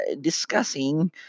discussing